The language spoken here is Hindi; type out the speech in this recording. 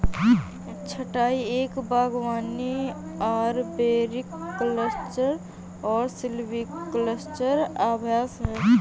छंटाई एक बागवानी अरबोरिकल्चरल और सिल्वीकल्चरल अभ्यास है